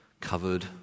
covered